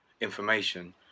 information